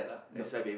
doctor